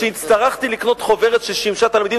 כשהצטרכתי לקנות חוברת ששימשה תלמידים,